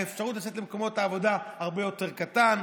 והאפשרות לצאת למקומות העבודה הרבה יותר קטנה.